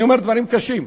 אני אומר דברים קשים.